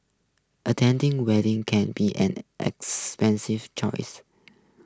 attending weddings can be an expensive chores